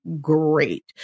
great